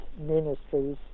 ministries